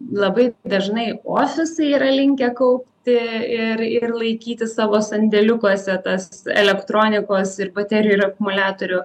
labai dažnai ofisai yra linkę kaupti ir ir laikyti savo sandėliukuose tas elektronikos ir baterijų ir akumuliatorių